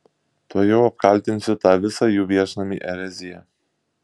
tuojau apkaltinsiu tą visą jų viešnamį erezija